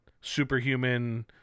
superhuman